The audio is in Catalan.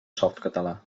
softcatalà